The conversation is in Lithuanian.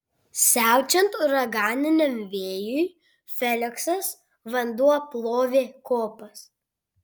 siaučiant uraganiniam vėjui feliksas vanduo plovė kopas